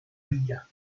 villa